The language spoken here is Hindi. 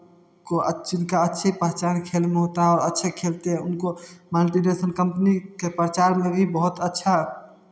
अच्छी का अच्छी पहचान खेल में होता है और अच्छे खेलते हैं उनको मल्टीनेशनल कंपनी के प्रचार में भी बहुत अच्छा